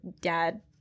dad